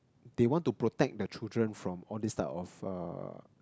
they want to protect the children from all these type of uh